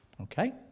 Okay